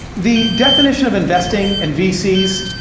the definition of investing, and vcs,